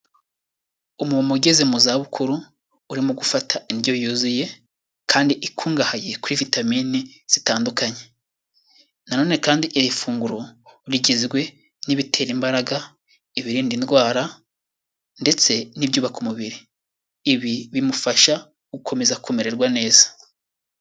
Umuntu ugeze mu zabukuru, urimo gufata indyo yuzuye, kandi ikungahaye kuri vitamini zitandukanye, nanone kandi iri funguro rigizwe n'ibitera imbaraga, ibirinda indwara, ndetse n'ibyubaka umubiri, ibi bimufasha gukomeza kumererwa neza.